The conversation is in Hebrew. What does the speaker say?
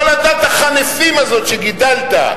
כל עדת החנפים הזאת שגידלת,